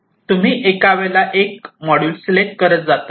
तुम्ही एका वेळेला एक एक मॉड्यूल सिलेक्ट करत जातात